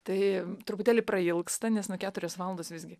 tai truputėlį prailgsta nes nu keturios valandos visgi